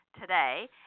today